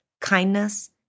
Kindness